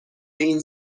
این